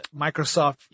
Microsoft